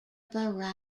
barrage